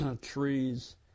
trees